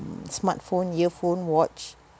smartphone earphone watch